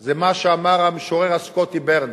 זה מה שאמר המשורר הסקוטי ברנס: